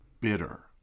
bitter